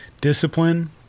discipline